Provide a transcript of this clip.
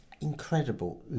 incredible